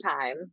time